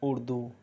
Urdu